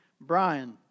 Brian